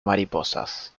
mariposas